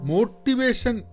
Motivation